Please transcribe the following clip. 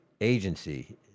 agency